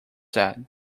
said